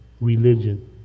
religion